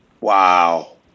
Wow